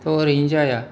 थ' ओरैनो जाया